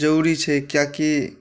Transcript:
जरूरी छै कियाकि